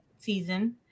season